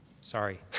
Sorry